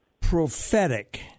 prophetic